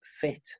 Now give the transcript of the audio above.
fit